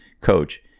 coach